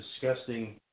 disgusting